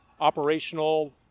operational